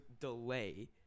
delay